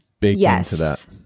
yes